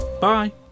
Bye